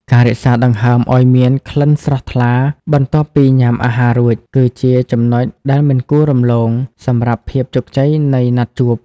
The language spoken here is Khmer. ការរក្សាដង្ហើមឱ្យមានក្លិនស្រស់ថ្លាបន្ទាប់ពីញ៉ាំអាហាររួច គឺជាចំណុចដែលមិនគួររំលងសម្រាប់ភាពជោគជ័យនៃណាត់ជួប។